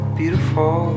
beautiful